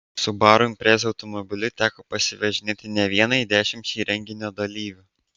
subaru impreza automobiliu teko pasivažinėti ne vienai dešimčiai renginio dalyvių